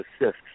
assists